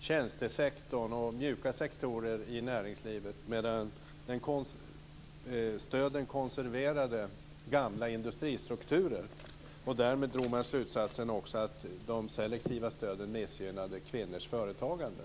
tjänstesektorn och mjuka sektorer i näringslivet, medan stöden konserverade gamla industristrukturer. Därmed drog man också slutsatsen att de selektiva stöden missgynnade kvinnors företagande.